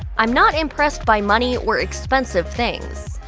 i'm not impressed by money or expensive things.